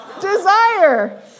desire